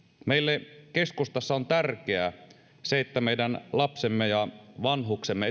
meille keskustassa on tärkeää että meidän lapsemme ja vanhuksemme